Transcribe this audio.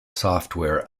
software